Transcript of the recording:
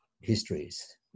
histories